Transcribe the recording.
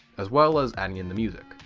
as well as adding in the music.